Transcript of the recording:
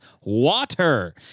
water